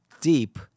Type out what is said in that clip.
deep